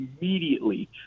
immediately